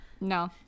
No